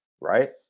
right